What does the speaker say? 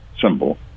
symbol